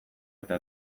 eta